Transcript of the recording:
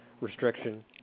restriction